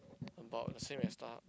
about the same as StarHub